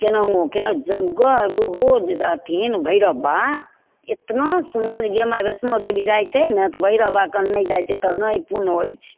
कोनाहु कोनाहु जगह ओहो जे रहथिन भैरव बाबा एतना सुन्दर गे माइ वैष्णो देवी जाइ छै ने तऽ भैरव बाबा कन नहि जाइ छै तऽ नहि पूर्ण होइ छै